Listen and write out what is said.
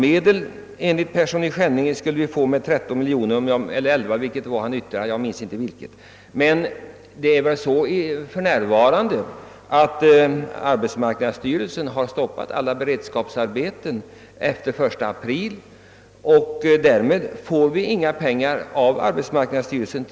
Enligt herr Persson i Skänninge skulle vi av AMS-medel få 11 miljoner kronor; men arbetsmarknadsstyrelsen ämnar stoppa alla beredskapsarbeten efter den 1 april. Därmed får vi inga pengar till skogsbilvägar av arbetsmarknadsstyrelsen.